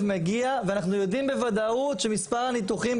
מגיע ואנחנו יודעים בוודאות שמספר הניתוחים,